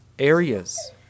Areas